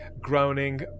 groaning